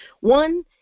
One